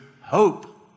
hope